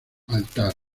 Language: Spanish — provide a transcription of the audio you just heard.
altar